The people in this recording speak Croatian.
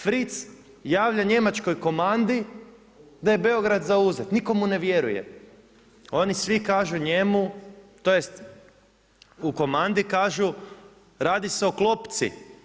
Fritz javlja njemačkoj komandi da je Beograd zauzet, nitko mu ne vjeruje, oni svi kažu njemu, tj. u komandi kažu radi se o klopci.